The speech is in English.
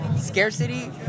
scarcity